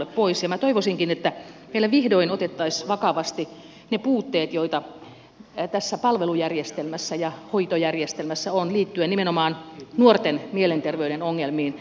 minä toivoisinkin että meillä vihdoin otettaisiin vakavasti ne puutteet joita tässä palvelujärjestelmässä ja hoitojärjestelmässä on liittyen nimenomaan nuorten mielenterveyden ongelmiin